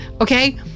Okay